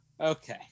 Okay